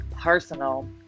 personal